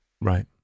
Right